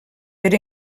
per